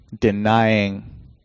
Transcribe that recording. denying